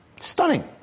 Stunning